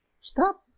stop